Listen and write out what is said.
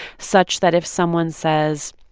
such that if someone says,